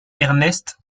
ernest